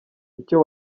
icyo